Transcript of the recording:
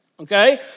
Okay